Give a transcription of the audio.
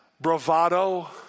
bravado